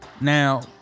Now